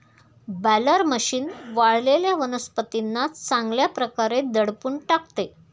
baler machine वाळलेल्या वनस्पतींना चांगल्या प्रकारे दडपून टाकते